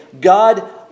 God